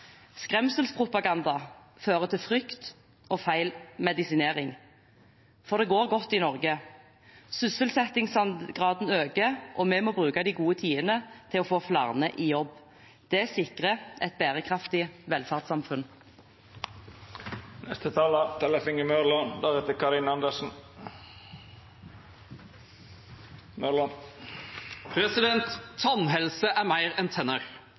Skremselspropaganda fører til frykt og feil medisinering. For det går godt i Norge. Sysselsettingsgraden øker, og vi må bruke de gode tidene til å få flere i jobb. Det sikrer et bærekraftig velferdssamfunn. Tannhelse er mer enn tenner.